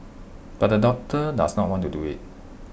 but the doctor does not want to do IT